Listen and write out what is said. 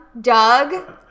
Doug